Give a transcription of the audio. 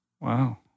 Wow